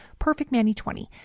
PERFECTMANNY20